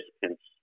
participants